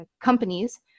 companies